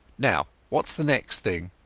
now, whatas the next thing